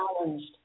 challenged